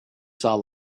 saw